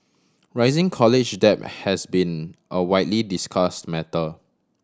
rising college debt has been a widely discussed matter